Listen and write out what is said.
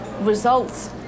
results